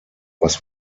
was